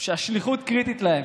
שהשליחות קריטית להם,